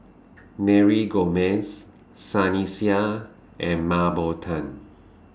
Mary Gomes Sunny Sia and Mah Bow Tan